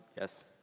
yes